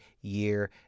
year